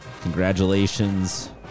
congratulations